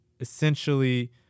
essentially